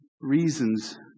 reasons